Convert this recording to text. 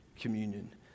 communion